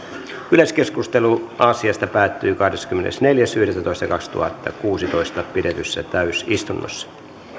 yleiskeskustelu asiasta päättyi kahdeskymmenesneljäs yhdettätoista kaksituhattakuusitoista pidetyssä täysistunnossa